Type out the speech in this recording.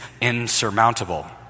insurmountable